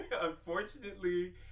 Unfortunately